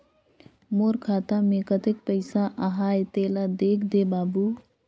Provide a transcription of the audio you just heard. मोर खाता मे कतेक पइसा आहाय तेला देख दे बाबु?